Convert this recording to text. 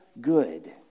good